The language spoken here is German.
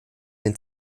den